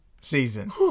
season